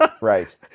Right